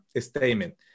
statement